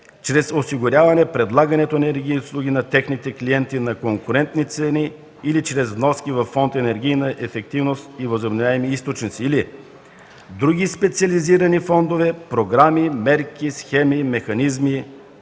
чрез осигуряване предлагането на енергийни услуги на техните клиенти на конкурентни цени или чрез вноски във фонд „Енергийна ефективност и възобновяеми източници” или в други специализирани фондове, програми, мерки, схеми, механизми,